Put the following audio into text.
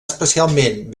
especialment